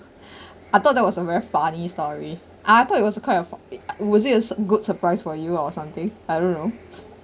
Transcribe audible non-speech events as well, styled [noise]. [breath] I thought that was a very funny story I thought it was quite a fo~ [noise] was it sur~ good surprise for you or something I don't know